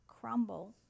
crumble